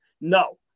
No